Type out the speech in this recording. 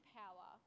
power